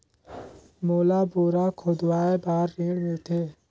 मोला बोरा खोदवाय बार ऋण मिलथे?